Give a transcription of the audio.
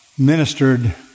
Ministered